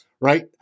right